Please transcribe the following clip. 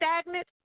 stagnant